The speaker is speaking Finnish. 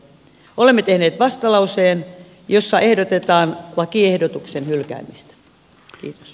olemme tehneet vastalauseen jossa ehdotetaan lakiehdotuksen hylkäämistä